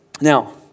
Now